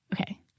okay